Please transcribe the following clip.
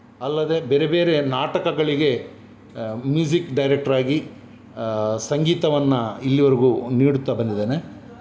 ಅಲ್ಲದೆ ಬೇರೆ ಬೇರೆ ನಾಟಕಗಳಿಗೆ ಮ್ಯೂಝಿಕ್ ಡೈರೆಕ್ಟರ್ ಆಗಿ ಸಂಗೀತವನ್ನು ಇಲ್ಲಿವರೆಗೂ ನೀಡುತ್ತಾ ಬಂದಿದ್ದೇನೆ